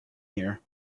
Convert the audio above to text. here